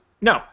no